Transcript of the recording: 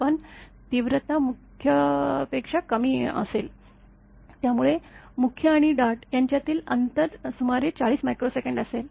पण तीव्रता मुख्य ापेक्षा कमी असेल त्यामुळे मुख्य आणि डार्ट यांच्यातील अंतर सुमारे ४० S असेल